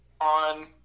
on